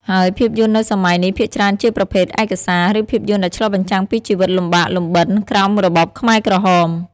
ហើយភាពយន្តនៅសម័យនេះ ភាគច្រើនជាប្រភេទឯកសារ ឬភាពយន្តដែលឆ្លុះបញ្ចាំងពីជីវិតលំបាកលំបិនក្រោមរបបខ្មែរក្រហម។